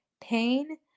Pain